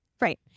Right